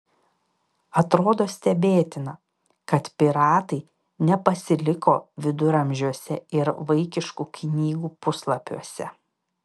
atrodo stebėtina kad piratai nepasiliko viduramžiuose ir vaikiškų knygų puslapiuose